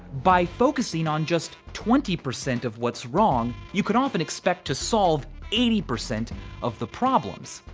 by focusing on just twenty percent of what's wrong, you can often expect to solve eighty percent of the problems.